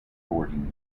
boarding